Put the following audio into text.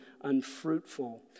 unfruitful